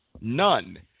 none